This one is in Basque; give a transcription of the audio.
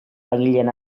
langileen